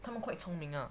他们 quite 聪明 lah